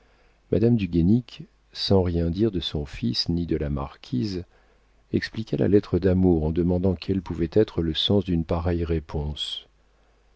madame du guénic sans rien dire de son fils ni de la marquise expliqua la lettre d'amour en demandant quel pouvait être le sens d'une pareille réponse